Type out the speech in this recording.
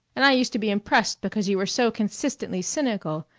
and i used to be impressed because you were so consistently cynical,